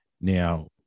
now